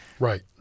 Right